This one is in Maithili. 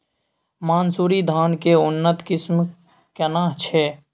मानसुरी धान के उन्नत किस्म केना छै?